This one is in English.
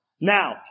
Now